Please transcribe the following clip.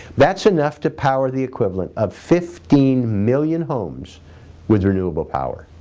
that's enough to power the equivalent of fifteen million homes with renewable power